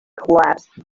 collapsed